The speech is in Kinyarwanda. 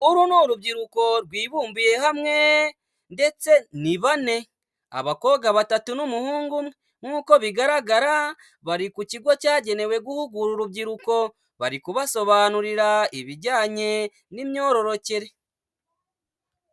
Uru ni urubyiruko rwibumbiye hamwe ndetse ni bane, abakobwa batatu n'umuhungu umwe, nk'uko bigaragara bari ku kigo cyagenewe guhugura urubyiruko bari kubasobanurira ibijyanye n'imyororokere.